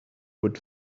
were